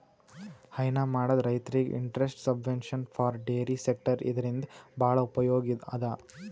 ಹೈನಾ ಮಾಡದ್ ರೈತರಿಗ್ interest subvention for dairy sector ಇದರಿಂದ್ ಭಾಳ್ ಉಪಯೋಗ್ ಅದಾ